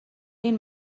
این